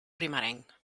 primerenc